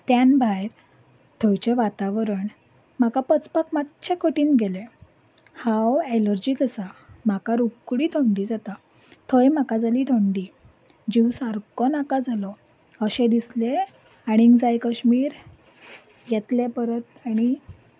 त्यान भायर थंयचें वातावरण म्हाका पचपाक मातशें कठीण गेलें हांव एलर्जीक आसा म्हाका रोखडी थंडी जाता थंय म्हाका जाली थंडी जीव सारको नाका जालो अशें दिसलें आनीक जाय कश्मीर येतलें परत आनीक